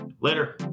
later